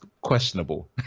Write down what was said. questionable